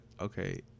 okay